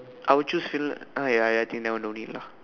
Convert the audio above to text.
I will choose Finland I ya ya I think that one no need lah